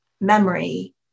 memory